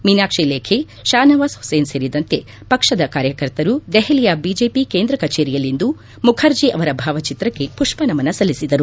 ಮೀನಾಕ್ಷಿ ಲೇಖಿ ಶಾ ನವಾಜ್ ಹುಸೇನ್ ಸೇರಿದಂತೆ ಪಕ್ಷದ ಕಾರ್ಯಕರ್ತರು ದೆಹಲಿಯ ಬಿಜೆಪಿ ಕೇಂದ್ರ ಕಚೇರಿಯಲ್ಲಿಂದು ಮುಖರ್ಜಿ ಅವರ ಭಾವಚಿತ್ರಕ್ಕೆ ಮಪ್ಪನಮನ ಸಲ್ಲಿಸಿದರು